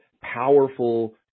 powerful